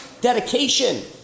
dedication